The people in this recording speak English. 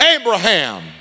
Abraham